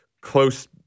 close